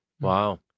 Wow